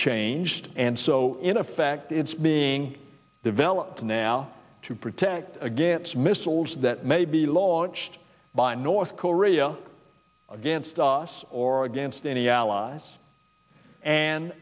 changed and so in effect it's being developed now to protect against missiles that may be launched by north korea against us or against any allies and